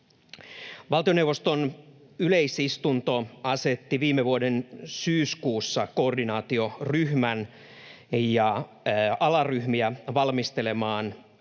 Valtioneuvoston yleisistunto asetti viime vuoden syyskuussa koordinaatioryhmän ja alaryhmiä valmistelemaan